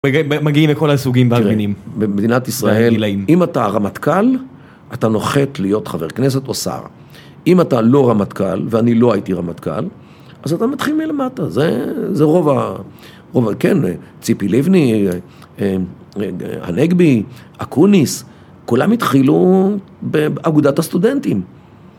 מגיעים מכל הסוגים והמינים. תראה, במדינת ישראל, אם אתה רמטכ"ל, אתה נוחת להיות חבר כנסת או שר. אם אתה לא רמטכ"ל, ואני לא הייתי רמטכ"ל, אז אתה מתחיל מלמטה. זה רוב ה... כן, ציפי לבני, הנגבי, אקוניס, כולם התחילו באגודת הסטודנטים.